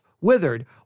withered